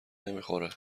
نمیخوره